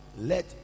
let